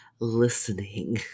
listening